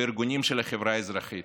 בארגונים של החברה האזרחית.